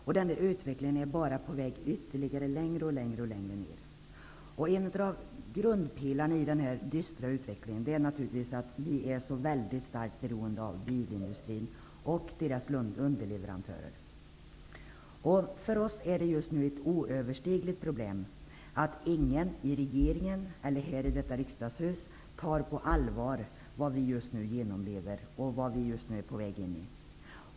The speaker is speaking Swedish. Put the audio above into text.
Den utvecklingen för oss bara längre och längre ned. En av grunderna för den dystra utvecklingen är naturligtvis att vi är så starkt beroende av bilindustrin och dess underleverantörer. För oss är det just nu ett oöverstigligt problem att ingen i regeringen eller här i Riksdagshuset tar på allvar vad vi just nu genomlever och är på väg in i.